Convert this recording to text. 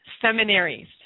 seminaries